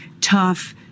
tough